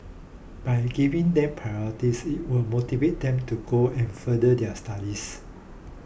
by giving them priorities it will motivate them to go and further their studies